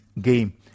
game